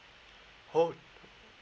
oh